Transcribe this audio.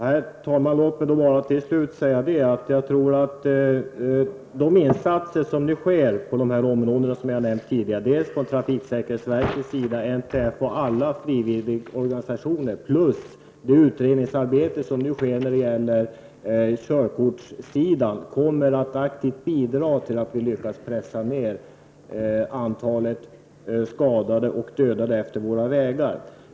Herr talman! Jag tror att de insatser som görs på de områden jag tidigare nämnt av trafiksäkerhetsverket, NTF och andra frivilligorganisationer samt det utredningsarbete som nu görs beträffande körkort, aktivt kommer att bidra till att vi lyckas minska antalet skadade och dödade på våra vägar.